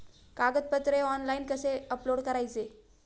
कागदपत्रे ऑनलाइन कसे अपलोड करायचे?